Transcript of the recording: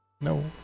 No